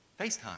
FaceTime